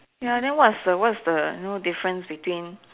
ya what is the what is the no difference between